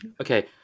okay